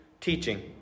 teaching